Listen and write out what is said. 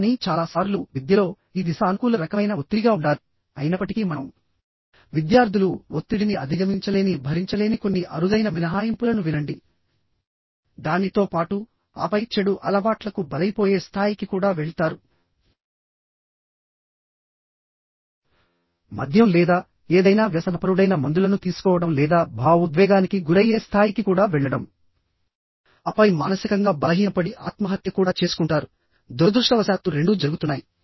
కానీ చాలా సార్లు విద్యలో ఇది సానుకూల రకమైన ఒత్తిడిగా ఉండాలి అయినప్పటికీ మనంవిద్యార్థులు ఒత్తిడిని అధిగమించలేని భరించలేని కొన్ని అరుదైన మినహాయింపులను వినండి దానితో పాటు ఆపై చెడు అలవాట్లకు బలైపోయే స్థాయికి కూడా వెళ్తారు మద్యం లేదా ఏదైనా వ్యసనపరుడైన మందులను తీసుకోవడం లేదా భావోద్వేగానికి గురయ్యే స్థాయికి కూడా వెళ్లడంఆపై మానసికంగా బలహీనపడి ఆత్మహత్య కూడా చేసుకుంటారు దురదృష్టవశాత్తు రెండూ జరుగుతున్నాయి